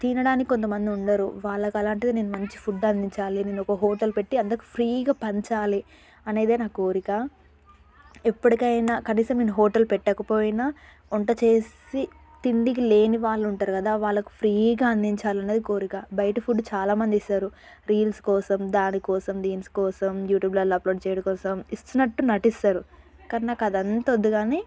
తినడానికి కొంత మంది ఉండరు వాళ్ళకలాంటిదే నేను మంచి ఫుడ్ అందించాలి నేను ఒక హోటల్ పెట్టి అందరికీ ఫ్రీగా పంచాలి అనేదే నా కోరిక ఎప్పటికైనా కనీసం నేను హోటల్ పెట్టకపోయినా వంట చేసి తిండికి లేని వాళ్ళు ఉంటారు కదా వాళ్ళకు ఫ్రీగా అందించాలన్నది కోరిక బయట ఫుడ్ చాలామంది ఇస్తారు రీల్స్ కోసం దానికోసం దీనికోసం యూట్యూబ్లల్లో అప్లోడ్ చేయడం కోసం ఇస్తున్నట్టు నటిస్తారు కానీ నాకదంతా వద్దు కానీ